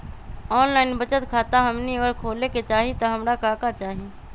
Online बचत खाता हमनी अगर खोले के चाहि त हमरा का का चाहि?